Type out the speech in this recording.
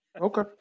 okay